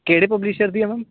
ਕਿਹੜੇ ਪਬਲਿਸ਼ਰ ਦੀ ਹੈ ਮੈਮ